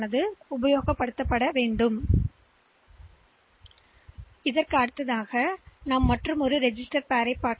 W என்று அழைக்கப்படும் மற்றொரு ரெஜிஸ்டர்பேர் உள்ளது